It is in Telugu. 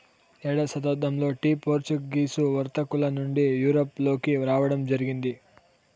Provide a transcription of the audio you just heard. ఏడవ శతాబ్దంలో టీ పోర్చుగీసు వర్తకుల నుండి యూరప్ లోకి రావడం జరిగింది